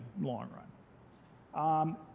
long-run